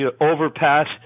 overpass